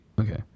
okay